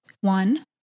one